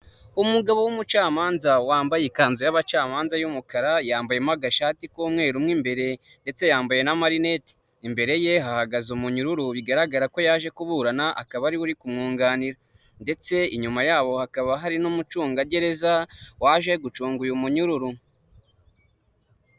Umugabo w'umucamanza wambaye ikanzu y'abacamanza y'umukara, yambayemo agashati k'umweru mo imbere, ndetse yambaye n'amarinete. Imbere ye hagaze umunyururu bigaragara ko yaje kuburana, akaba ari we uri kumwunganira. Ndetse inyuma yabo hakaba hari n'umucungagereza waje gucunga uyu munyururu.